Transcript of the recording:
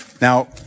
Now